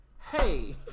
hey